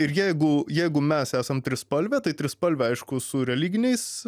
ir jeigu jeigu mes esam trispalvė tai trispalvę aišku su religiniais